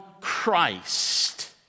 Christ